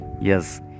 yes